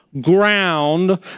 ground